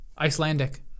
Icelandic